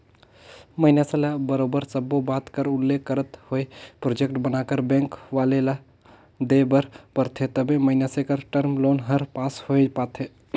मइनसे ल बरोबर सब्बो बात कर उल्लेख करत होय प्रोजेक्ट बनाकर बेंक वाले ल देय बर परथे तबे मइनसे कर टर्म लोन हर पास होए पाथे